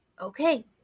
Okay